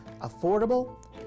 affordable